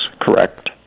correct